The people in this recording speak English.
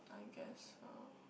I guess so